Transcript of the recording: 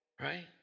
right